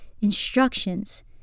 instructions